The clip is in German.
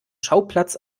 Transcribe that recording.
schauplatz